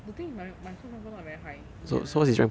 the thing is my my class rank point not very high in general